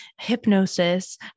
hypnosis